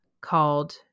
called